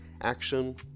action